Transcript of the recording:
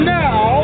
now